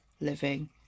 living